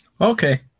Okay